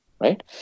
right